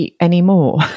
anymore